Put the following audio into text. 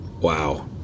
Wow